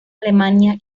alemania